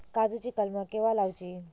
काजुची कलमा केव्हा लावची?